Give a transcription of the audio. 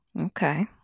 Okay